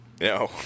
No